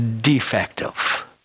defective